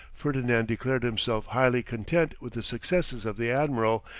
ferdinand declared himself highly content with the successes of the admiral,